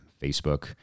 Facebook